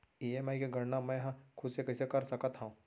EMI के गड़ना मैं हा खुद से कइसे कर सकत हव?